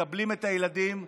מקבלים את הילדים,